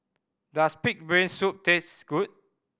does pig brain soup taste good